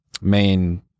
main